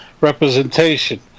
representation